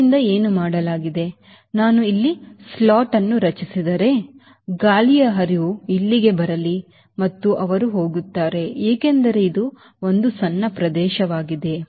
ಆದ್ದರಿಂದ ಏನು ಮಾಡಲಾಗಿದೆ ನಾನು ಇಲ್ಲಿ ಸ್ಲಾಟ್ ಅನ್ನು ರಚಿಸಿದರೆ ಗಾಳಿಯ ಹರಿವು ಇಲ್ಲಿಗೆ ಬರಲಿ ಮತ್ತು ಅವರು ಹೋಗುತ್ತಾರೆ ಏಕೆಂದರೆ ಇದು ಒಂದು ಸಣ್ಣ ಪ್ರದೇಶವಾಗಿದೆ